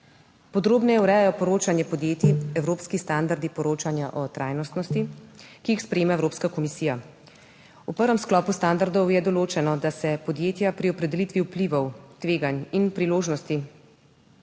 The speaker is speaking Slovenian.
Podrobneje urejajo poročanje podjetij evropski standardi poročanja o trajnostnosti, ki jih sprejema Evropska komisija. V prvem sklopu standardov je določeno, da se podjetja pri opredelitvi vplivov, tveganj in priložnosti